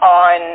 on